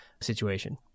situation